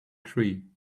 tree